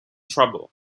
trouble